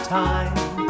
time